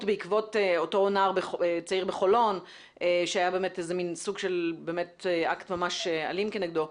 בעקבות אותו נער צעיר בחולון שהיה אקט ממש אלים נגדו,